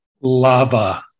Lava